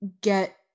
get